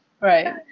Right